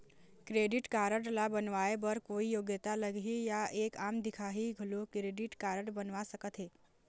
Credit card ला बनवाए बर कोई योग्यता लगही या एक आम दिखाही घलो क्रेडिट कारड बनवा सका थे?